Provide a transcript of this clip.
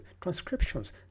transcriptions